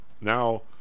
Now